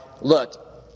look